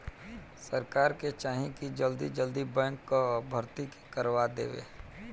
सरकार के चाही की जल्दी जल्दी बैंक कअ भर्ती के करवा देवे